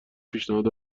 پیشنهاد